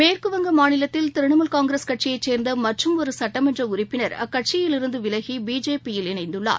மேற்குவங்க மாநிலத்தில் திரணமூல் காங்கிரஸ் கட்சியைச் சேந்த மற்றும் ஒரு சுட்டமன்ற உறுப்பினர் அக்கட்சியிலிருந்து விலகி பிஜேபி யில் இணைந்தார்